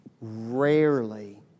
rarely